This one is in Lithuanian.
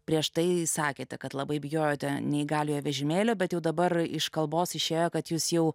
prieš tai sakėte kad labai bijojote neįgaliojo vežimėlio bet jau dabar iš kalbos išėjo kad jūs jau